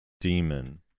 Demon